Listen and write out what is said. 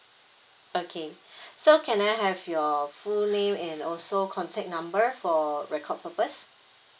okay so can I have your full name and also contact number for record purpose